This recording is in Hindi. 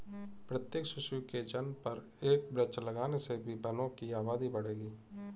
प्रत्येक शिशु के जन्म पर एक वृक्ष लगाने से भी वनों की आबादी बढ़ेगी